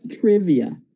trivia